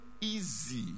easy